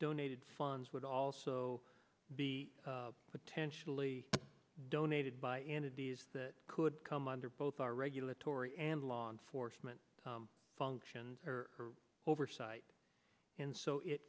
donated funds would also be potentially donated by an adiz that could come under both our regulatory and law enforcement functions or oversight and so it